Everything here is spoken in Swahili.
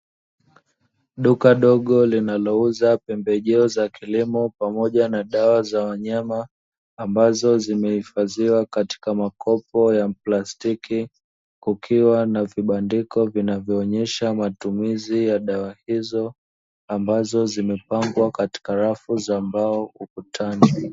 Duka dogo linalouza pembejeo za kilimo pamoja na dawa za wanyama, ambazo zimehifadhiwa katika makopo ya plastiki, kukiwa na vibandiko vinavyoonyesha matumizi ya dawa hizo, ambazo zimepangwa katika rafu za mbao ukutani.